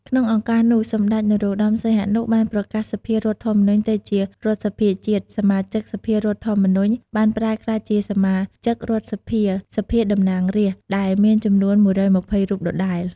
ក្នុងឱកាសនោះសម្តេច នរោត្តម សីហនុ បានប្រកាសសភាធម្មនុញ្ញទៅជារដ្ឋសភាជាតិ សមាជិកសភាធម្មនុញ្ញ បានប្រែក្លាយជាសមាជិករដ្ឋសភា «សភាតំណាងរាស្ត្រ» ដែលមានចំនួន ១២០ រូបដដែល។